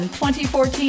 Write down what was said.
2014